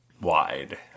wide